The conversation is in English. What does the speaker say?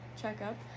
checkup